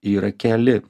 yra keli